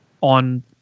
on